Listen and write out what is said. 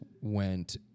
went